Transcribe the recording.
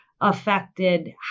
affected